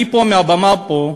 אני פה, מהבמה פה,